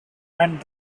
and